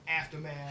aftermath